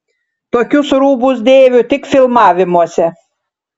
tokius rūbus dėviu tik filmavimuose